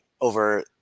over